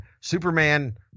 Superman